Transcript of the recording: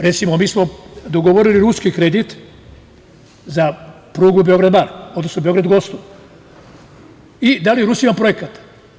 Recimo, mi smo dogovorili ruski kredit za prugu Beograd-Bar, odnosno Beograd-Gostun i dali Rusima projekat.